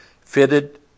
fitted